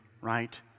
right